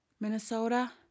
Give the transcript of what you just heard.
Minnesota